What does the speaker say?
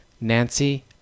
Nancy